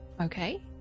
okay